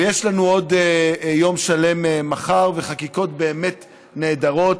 ויש לנו עוד יום שלם מחר וחקיקות באמת נהדרות.